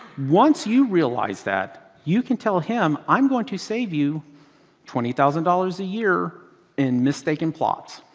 once you realize that, you can tell him i'm going to save you twenty thousand dollars a year in mistaken plots.